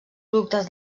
productes